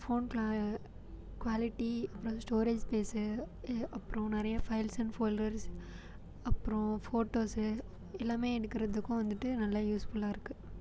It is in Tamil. ஃபோன் குவாலிட்டி அப்புறம் ஸ்டோரேஜ் ப்ளேஸு அப்புறம் நிறைய ஃபைல்ஸ் அண்ட் ஃபோல்டர்ஸ் அப்றம் ஃபோட்டோஸு எல்லாமே எடுக்கிறதுக்கும் வந்துட்டு நல்லா யூஸ்ஃபுல்லாருக்குது